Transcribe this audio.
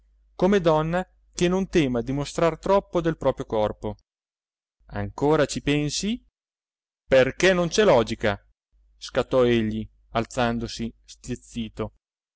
come donna che non tema di mostrar troppo del proprio corpo ancora ci pensi perché non c'è logica scattò egli alzandosi stizzito